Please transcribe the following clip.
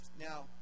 Now